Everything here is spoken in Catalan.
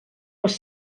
les